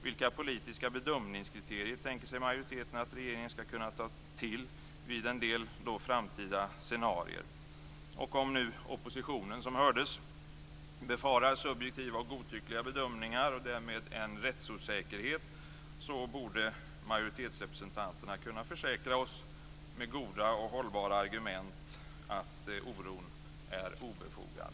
Vilka politiska bedömningskriterier tänker sig majoriteten att regeringen skall kunna ta till vid en del framtida scenarier? Om oppositionen, som det hördes, befarar subjektiva och godtyckliga bedömningar och därmed en rättsosäkerhet borde majoritetsrepresentanterna med goda och hållbara argument kunna försäkra oss om att oron är obefogad.